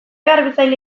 garbitzaile